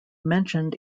mentioned